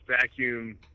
vacuum